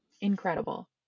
incredible